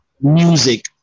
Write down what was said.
music